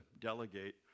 delegate